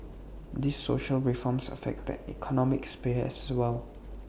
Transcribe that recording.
these social reforms affect the economic sphere as well